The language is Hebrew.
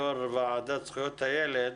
יושב ראש הוועדה לזכויות הילד,